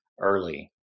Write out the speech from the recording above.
early